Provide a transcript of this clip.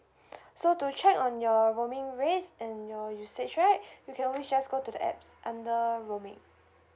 so to check on your roaming rates and your usage right you can always just go to the apps under roaming